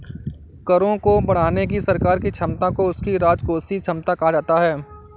करों को बढ़ाने की सरकार की क्षमता को उसकी राजकोषीय क्षमता कहा जाता है